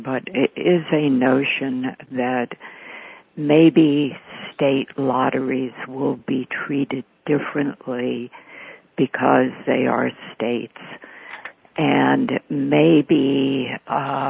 but it is a notion that maybe state lotteries will be treated differently because they are states and maybe